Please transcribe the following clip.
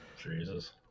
Jesus